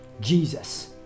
Jesus